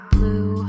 Blue